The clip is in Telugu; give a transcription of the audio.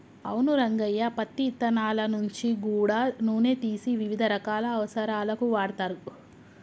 అవును రంగయ్య పత్తి ఇత్తనాల నుంచి గూడా నూనె తీసి వివిధ రకాల అవసరాలకు వాడుతరు